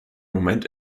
moment